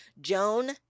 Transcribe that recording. Joan